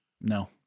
No